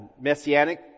messianic